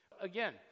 Again